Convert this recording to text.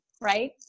right